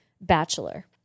bachelor